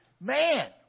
man